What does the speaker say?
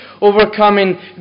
overcoming